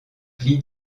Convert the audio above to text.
pli